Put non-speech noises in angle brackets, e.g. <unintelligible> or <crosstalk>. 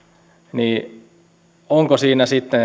niin ajatellaanko siinä sitten <unintelligible>